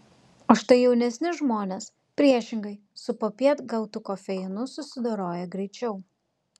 o štai jaunesni žmonės priešingai su popiet gautu kofeinu susidoroja greičiau